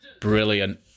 Brilliant